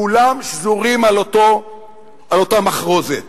כולם שזורים על אותה מחרוזת